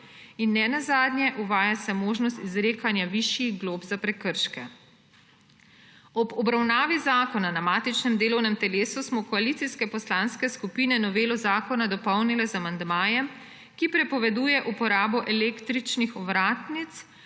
In ne nazadnje, uvaja se možnost izrekanja višjih glob za prekrške. Ob obravnavi zakona na matičnem delovnem telesu smo koalicijske poslanske skupine novelo zakona dopolnile z amandmajem, ki prepoveduje uporabo električnih ovratnic,